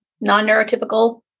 non-neurotypical